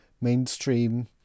mainstream